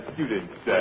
Students